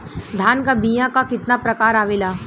धान क बीया क कितना प्रकार आवेला?